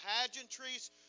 pageantries